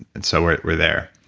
and so we're we're there.